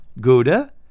Gouda